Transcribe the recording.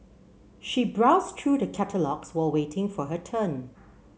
she browsed through the catalogues while waiting for her turn